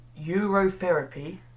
Eurotherapy